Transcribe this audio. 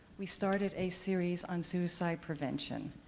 we started a series on suicide prevention.